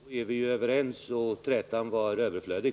Herr talman! Det var ju bra. Då är vi överens, och trätan var överflödig.